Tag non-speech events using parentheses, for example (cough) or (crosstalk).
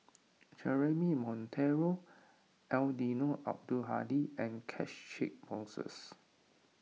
(noise) Jeremy Monteiro Eddino Abdul Hadi and Catchick Moses